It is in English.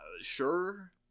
Sure